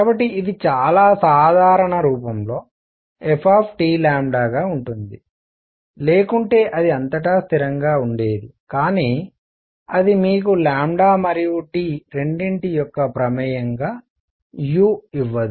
కాబట్టి ఇది చాలా సాధారణ రూపంలో fగా ఉంటుంది లేకుంటే అది అంతటా స్థిరంగా ఉండేది కానీ అది మీకు మరియు T రెండింటి యొక్క ప్రమేయం గా u ఇవ్వదు